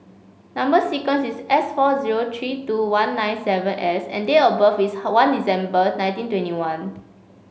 number sequence is S four zero three two one nine seven S and date of birth is one December nineteen twenty one